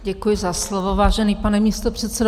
Děkuji za slovo, vážený pane místopředsedo.